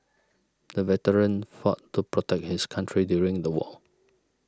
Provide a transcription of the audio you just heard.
the veteran fought to protect his country during the war